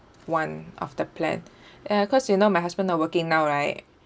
one of the plan ya cause you know my husband not working now right